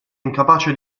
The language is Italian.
incapace